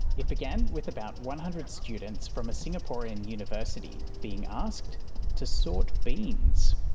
it began with about one hundred students from a singaporean university being asked to sort beans.